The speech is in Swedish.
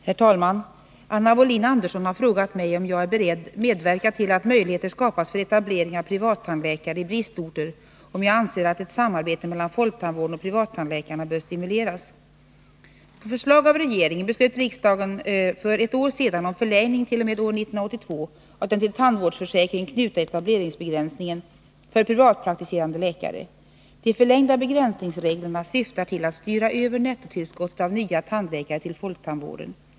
Herr talman! Anna Wohlin-Andersson har frågat mig om jag är beredd medverka till att möjligheter skapas för etablering av privattandläkare i bristorter och om jag anser att ett samarbete mellan folktandvården och privattandläkarna bör stimuleras. På förslag av regeringen beslöt riksdagen för ett år sedan om förlängning t.o.m. år 1982 av den till tandvårdsförsäkringen knutna etableringsbegränsningen för privatpraktiserande tandläkare. De förlängda begränsningsreglerna syftar till att styra över nettotillskottet av nya tandläkare till folktandvården.